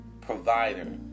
provider